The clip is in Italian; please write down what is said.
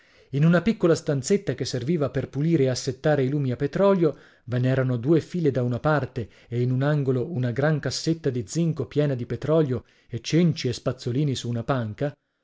in una piccola stanzetta che serviva per pulire e assettare i lumi a petrolio ve n'erano due file da una parte e in un angolo una gran cassetta di zinco piena di petrolio e cenci e spazzolini su una panca